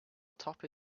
atop